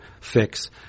fix